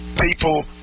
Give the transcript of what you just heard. people